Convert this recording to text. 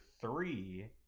three